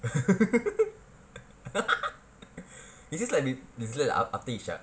it's this like is this like after isyak